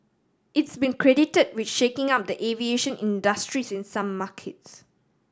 it's been credited with shaking up the aviation industries in some markets